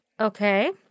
Okay